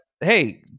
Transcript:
hey